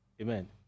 Amen